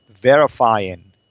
verifying